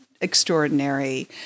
extraordinary